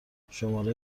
شماره